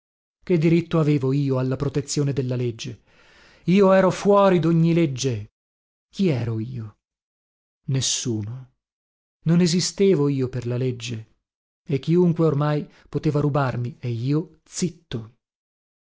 denunziarlo che diritto avevo io alla protezione della legge io ero fuori dogni legge chi ero io nessuno non esistevo io per la legge e chiunque ormai poteva rubarmi e io zitto